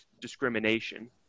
discrimination